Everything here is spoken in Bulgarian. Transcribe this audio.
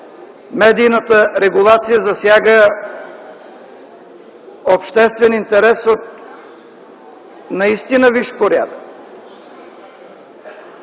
медийната регулация засяга обществен интерес от наистина висш порядък.